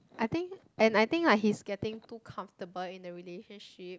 I think and I think like he's getting too comfortable in the relationship